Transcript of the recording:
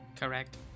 Correct